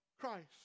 Christ